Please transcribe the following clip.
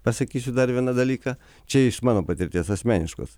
pasakysiu dar vieną dalyką čia iš mano patirties asmeniškos